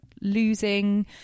losing